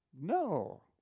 No